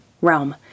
realm